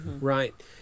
Right